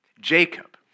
Jacob